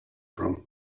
from